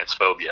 transphobia